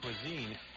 cuisine